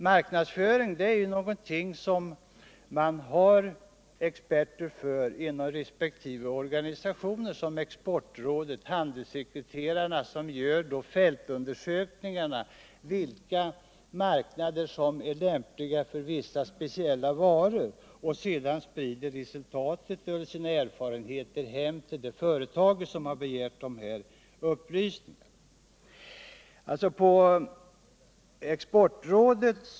Marknadsföring är ju någonting som man har experter för inom resp. organisation. som handelssekreterarna vid Exportrådet. De gör fältundersökningar av vilka marknader som är Kimpliga för vissa speciella varor och sprider sedan resultatet av sina undersökningar till de företag som begärt dessa upplysningar.